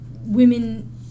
women